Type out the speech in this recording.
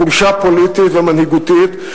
חולשה פוליטית ומנהיגותית,